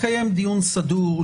לקיים דיון סדור,